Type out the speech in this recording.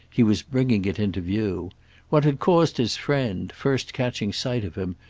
he was bringing it into view what had caused his friend, first catching sight of him,